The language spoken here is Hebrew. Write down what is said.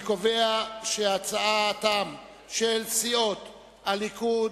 אני קובע שהצעתן של סיעות הליכוד,